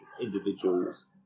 individuals